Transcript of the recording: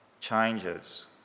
changes